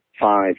five